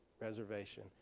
reservation